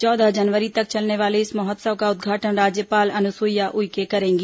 चौदह जनवरी तक चलने वाले इस महोत्सव का उद्घाटन राज्यपाल अनुसुईया उइके करेंगी